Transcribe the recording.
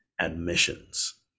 admissions